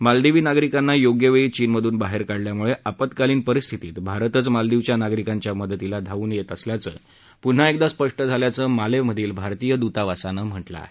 मालदिवी नागरिकांना योग्य वेळी चीनमधून बाहेर काढल्यामुळे आपातकालिन परिस्थितीमध्ये भारतच मालदिवच्या नागरिकांच्या मदतीला धावून येत असल्याचे पुन्हा एकदा स्पष्ट होत असल्याचं माले मधील भारतीय दुतावासानं म्हटलं आहे